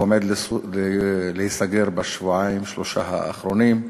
עומד להיסגר בשבועיים, שלושה הקרובים.